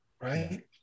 right